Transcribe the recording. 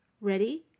Ready